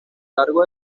largo